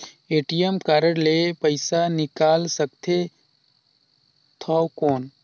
ATM card ले पइसा निकाल सकथे थव कौन?